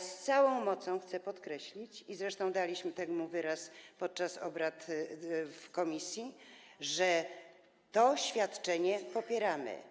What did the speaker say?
Z całą mocą chcę podkreślić, zresztą daliśmy temu wyraz podczas obrad w komisji, że to świadczenie popieramy.